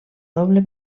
doble